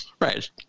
right